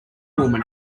woman